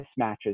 mismatches